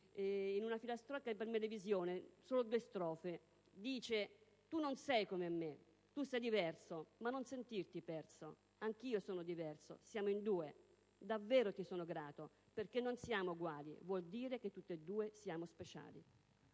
in una filastrocca per la Melevisione: «Tu non sei come me: tu sei diverso. Ma non sentirti perso. Anch'io sono diverso, siamo in due. Davvero ti son grato perché non siamo uguali: vuol dire che tutt'e due siamo speciali».